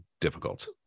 difficult